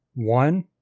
one